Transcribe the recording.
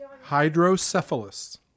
Hydrocephalus